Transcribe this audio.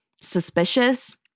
suspicious